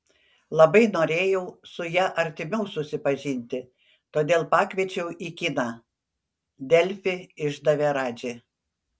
labai norėjau su ja artimiau susipažinti todėl pakviečiau į kiną delfi išdavė radži